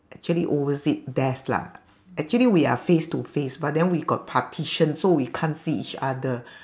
actually opposite desk lah actually we are face to face but then we got partition so we can't see each other